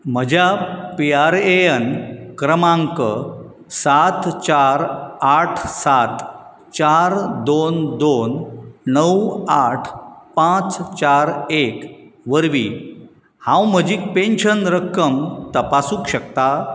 म्हज्या पीआरएएन क्रमांक सात चार आठ सात चार दोन दोन णव आठ पांच चार एक वरवीं हांव म्हजी पेन्शन रक्कम तपासूंक शकता